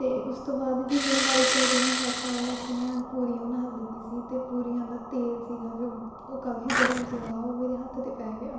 ਅਤੇ ਉਸ ਤੋਂ ਬਾਅਦ ਵੀ ਮੇਰੇ ਨਾਲ ਇੱਕ ਅਜਿਹਾ ਹਾਦਸਾ ਹੋਇਆ ਕਿ ਮੈਂ ਪੂਰੀਆਂ ਬਣਾਉਣ ਲੱਗੀ ਸੀ ਅਤੇ ਪੂਰੀਆਂ ਦਾ ਤੇਲ ਸੀਗਾ ਜੋ ਉਹ ਕਾਫੀ ਗਰਮ ਸੀਗਾ ਉਹ ਮੇਰੇ ਹੱਥ 'ਤੇ ਪੈ ਗਿਆ